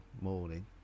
morning